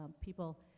people